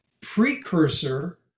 precursor